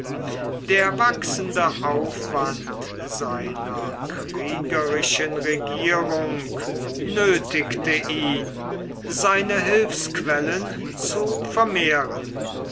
der wachsende aufwand seiner kriegerischen regierung nöthigte ihn seine hilfsquellen zu vermehren